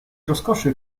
rozkoszy